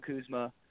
Kuzma